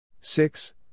six